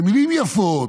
אלה מילים יפות.